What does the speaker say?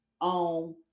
on